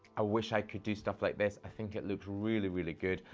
i wish i could do stuff like this. i think it looks really, really good.